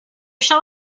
shall